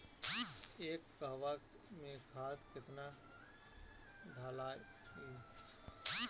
एक कहवा मे खाद केतना ढालाई?